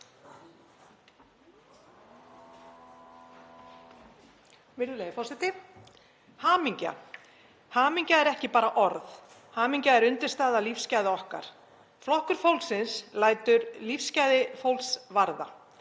Virðulegi forseti. Hamingja er ekki bara orð. Hamingja er undirstaða lífsgæða okkar. Flokkur fólksins lætur sig lífsgæði fólks varða.